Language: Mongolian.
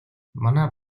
манай